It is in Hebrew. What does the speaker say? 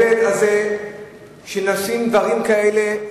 שנעשים דברים כאלה,